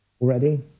already